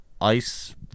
Ice